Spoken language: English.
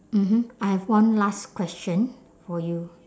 mmhmm I have one last question for you